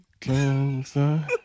closer